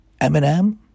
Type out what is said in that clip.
Eminem